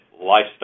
lifestyle